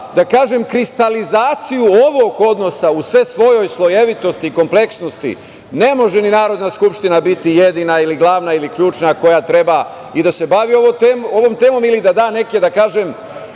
da kažem kristalizaciju, ovog odnosa u sve svojoj slojevitosti, kompleksnosti, ne može ni Narodna skupština biti jedina ili glavna ili ključna, koja treba i da se bavi ovom temom, ili da da neke, da kažem,